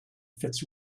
fits